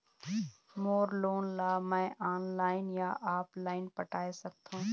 मोर loan ला मैं online या ऑफलाइन पटाए सकथों?